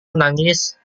menangis